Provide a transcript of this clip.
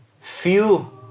feel